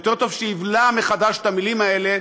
יותר טוב שיבלע מחדש את המילים האלה.